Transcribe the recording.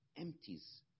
empties